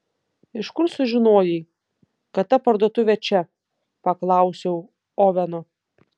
iš kur sužinojai kad ta parduotuvė čia paklausiau oveno